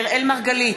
אראל מרגלית,